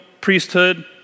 priesthood